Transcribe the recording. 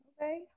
Okay